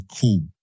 Cool